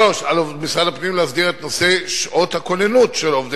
3. על משרד הפנים להסדיר את נושא שעות הכוננות של עובדי